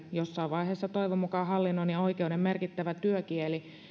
jossain vaiheessa toivon mukaan tulee hallinnon ja oikeuden merkittävä työkieli